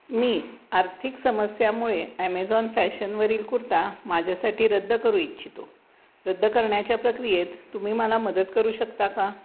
मी आर्थिक समस्येमुळे ॲमेझॉन फॅशनवरील कुर्ता माझ्यासाठी रद्द करू इच्छितो रद्द करण्याच्या प्रक्रियेत तुम्ही मला मदत करू शकता का